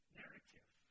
narrative